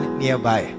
nearby